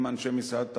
עם אנשי משרד התחבורה,